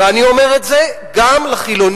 ואני אומר את זה גם לחילונים